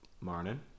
Morning